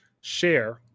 share